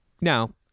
now